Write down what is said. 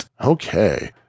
Okay